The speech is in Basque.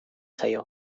zaio